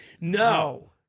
No